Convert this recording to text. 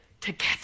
together